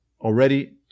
already